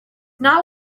not